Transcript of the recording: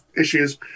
issues